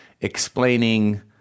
explaining